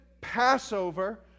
Passover